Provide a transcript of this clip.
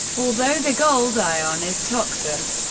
although the gold ion is toxic,